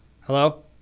Hello